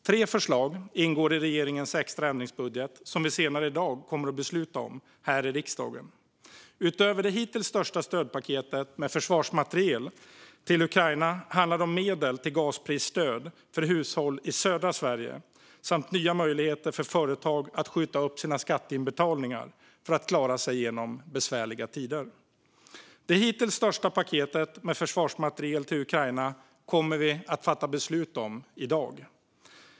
Tre förslag ingår i regeringens extra ändringsbudget som vi senare i dag kommer att besluta om här i riksdagen. Utöver det hittills största stödpaketet med försvarsmateriel till Ukraina handlar det om medel till gasprisstöd för hushåll i södra Sverige och om nya möjligheter för företag att skjuta upp sina skatteinbetalningar för att klara sig igenom besvärliga tider. Det hittills största paketet med försvarsmateriel till Ukraina kommer vi att fatta beslut om i dag.